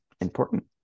important